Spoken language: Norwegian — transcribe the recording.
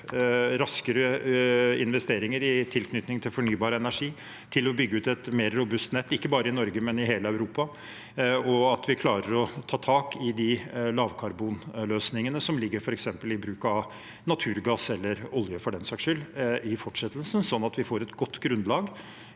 raskere investeringer i tilknytning til fornybar energi for å bygge ut et mer robust nett – ikke bare i Norge, men i hele Europa – og at vi klarer å ta tak i de lavkarbonløsningene som ligger i f.eks. bruk av naturgass – eller olje, for den saks skyld – i fortsettelsen.